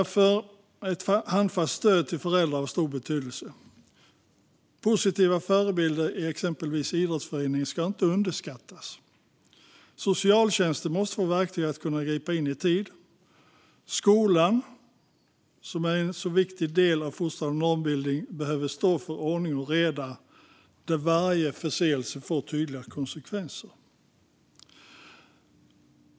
Därför är ett handfast stöd till föräldrar av stor betydelse. Positiva förebilder i exempelvis idrottsföreningar ska inte underskattas. Socialtjänsten måste få verktyg för att kunna gripa in i tid. Skolan, som är en så viktig del av fostran och normbildning, behöver stå för ordning och reda där varje förseelse får tydliga konsekvenser.